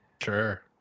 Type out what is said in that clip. Sure